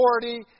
authority